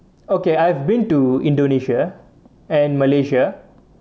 okay I've been to indonesia and malaysia